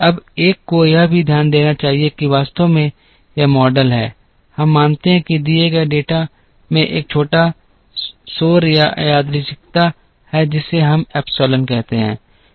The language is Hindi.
अब एक को यह भी ध्यान देना चाहिए कि वास्तव में यह मॉडल है हम मानते हैं कि दिए गए डेटा में एक छोटा शोर या यादृच्छिकता है जिसे हम एप्सिलॉन कहते हैं